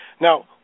Now